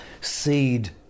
seed